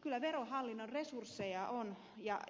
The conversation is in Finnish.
kyllä verohallinnon resursseja